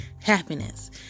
happiness